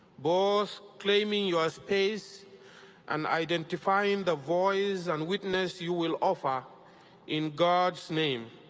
both claiming your space and identifying the voice and witness you will offer in god's name,